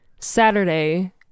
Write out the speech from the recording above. Saturday